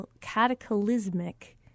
cataclysmic